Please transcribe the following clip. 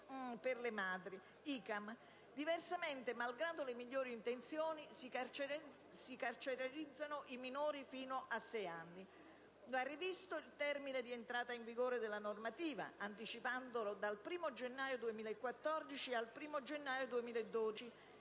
per le madri detenute (ICAM). Diversamente, malgrado le migliori intenzioni, si carcerizzano i minori fino a 6 anni. Va rivisto il termine di entrata in vigore della normativa, anticipandolo dal 1° gennaio 2014 al 1° gennaio 2012,